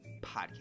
Podcast